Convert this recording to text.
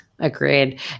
Agreed